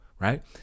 right